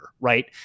right